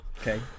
Okay